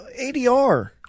ADR